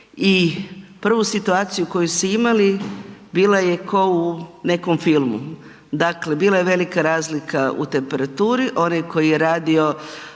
i prvu situaciju koju su imali bila je kao u nekom filmu. Dakle bila je velika razlika u temperaturi, onaj koji je radio